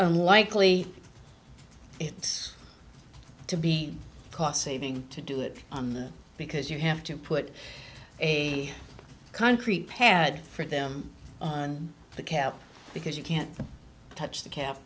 unlikely it's to be cost saving to do it on them because you have to put a concrete pad for them on the cap because you can't touch the cap